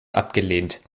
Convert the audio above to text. abgelehnt